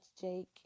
Jake